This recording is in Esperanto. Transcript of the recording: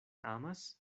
amas